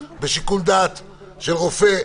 בשיקול דעת של רופא,